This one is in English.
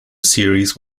series